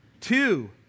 Two